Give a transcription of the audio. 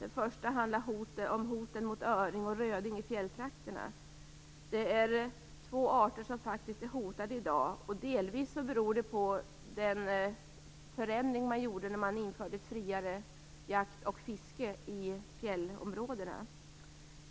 Den första handlar om hoten mot öring och röding i fjälltrakterna. Det är två arter som faktiskt är hotade i dag. Det beror delvis på den förändring man gjorde när man införde friare jakt och fiske i fjällområdena.